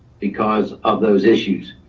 because of those issues.